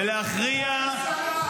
ולהכריע --- מה הקשר?